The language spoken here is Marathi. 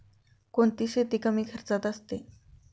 कोणती शेती कमी खर्चाची असते?